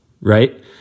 right